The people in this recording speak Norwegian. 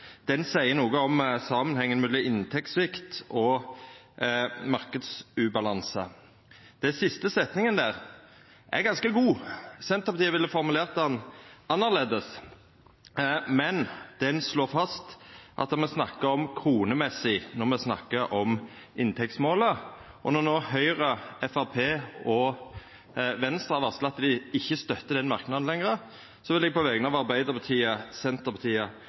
Den siste setninga der er ganske god. Senterpartiet ville ha formulert ho annleis, men ho slår fast at me snakkar om «kronemessig» når me snakkar om inntektsmålet. Når no Høgre, Framstegspartiet og Venstre har varsla at dei ikkje støtter den merknaden lenger, vil eg på vegner av Arbeidarpartiet, Senterpartiet